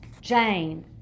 Jane